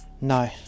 No